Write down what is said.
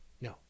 No